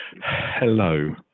hello